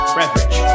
beverage